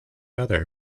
other